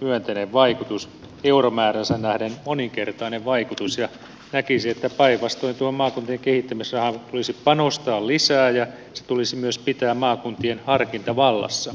myönteinen vaikutus euromääräänsä nähden moninkertainen vaikutus ja näkisin että päinvastoin tuohon maakuntien kehittämisrahaan tulisi panostaa lisää ja se tulisi myös pitää maakuntien harkintavallassa